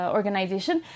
Organization